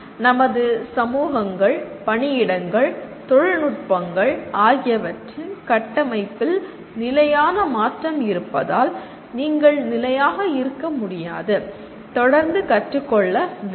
நமது சமூகங்கள் பணியிடங்கள் தொழில்நுட்பங்கள் ஆகியவற்றின் கட்டமைப்பில் நிலையான மாற்றம் இருப்பதால் நீங்கள் நிலையாக இருக்க முடியாது தொடர்ந்து கற்றுக்கொள்ள வேண்டும்